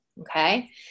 Okay